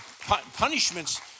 Punishments